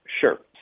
Sure